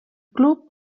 club